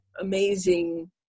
amazing